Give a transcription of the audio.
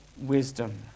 wisdom